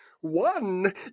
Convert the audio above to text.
One